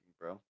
bro